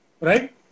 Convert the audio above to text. right